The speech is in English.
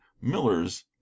miller's